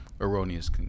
erroneous